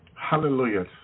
Hallelujah